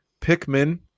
pikmin